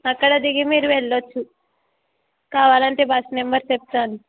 అక్కడ దిగి మీరు వెళ్ళచ్చు కావాలంటే బస్ నెంబర్ చెప్తాను